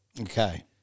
Okay